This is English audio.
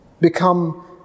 become